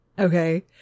Okay